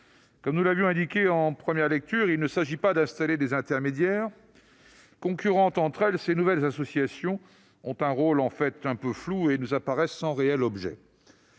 Comme nous l'avions indiqué en première lecture, il ne s'agit pas d'installer des intermédiaires. Concurrentes entre elles, ces nouvelles associations ont un rôle flou et nous apparaissent sans réel objet.